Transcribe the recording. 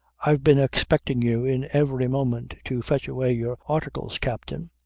i've been expecting you in every moment to fetch away your articles, captain.